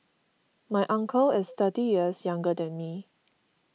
my uncle is thirty years younger than me